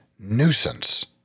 Nuisance